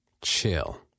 Chill